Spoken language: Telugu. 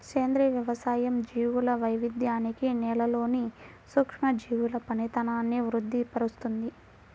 సేంద్రియ వ్యవసాయం జీవుల వైవిధ్యాన్ని, నేలలోని సూక్ష్మజీవుల పనితనాన్ని వృద్ది పరుస్తుంది